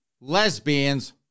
lesbians